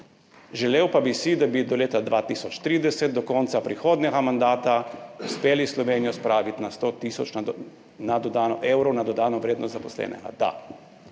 Želel pa bi si, da bi do leta 2030, do konca prihodnjega mandata, uspeli Slovenijo spraviti na 100.000 evrov na dodano vrednost na zaposlenega, da